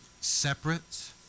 separate